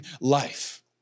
life